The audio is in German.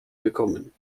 bekommen